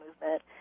movement